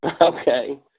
Okay